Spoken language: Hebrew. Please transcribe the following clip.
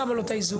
שמה לו את האיזוק.